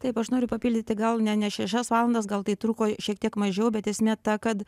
taip aš noriu papildyti gal ne ne šešias valandas gal tai truko šiek tiek mažiau bet esmė ta kad